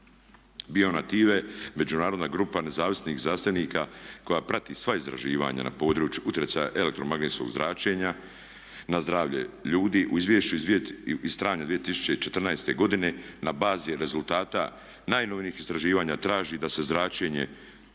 Bio Native međunarodna grupa nezavisnih znanstvenika koja prati sva istraživanja na području utjecaja elektromagnetskog zračenja na zdravlje ljudi u izvješću iz …/Govornik se ne razumije./… 2014. godine na bazi je rezultata najnovijih istraživanja traži da se zračenje